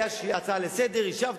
היתה הצעה לסדר-היום,